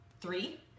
three